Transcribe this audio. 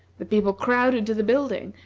the people crowded to the building,